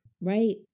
Right